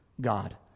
God